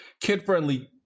kid-friendly